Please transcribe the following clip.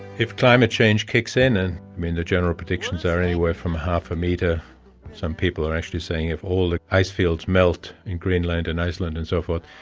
if climate change kicks in, and the and general predictions are anywhere from half a metre some people are actually saying if all the icefields melt in greenland and iceland and so forth,